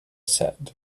said